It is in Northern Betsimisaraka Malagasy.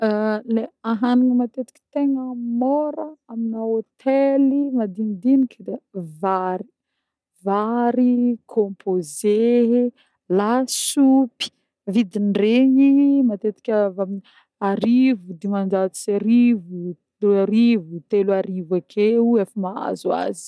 Le ahanigny le matetiky tegna môra amina hôtel madinidiniky de vary vary, composé, lasopy. Vidiny regny matetiky avy amin'ny arivo, dimanjato sy arivo, roarivo, teloarivo akeo efa mahazo azy.